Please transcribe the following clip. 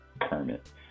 permit